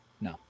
No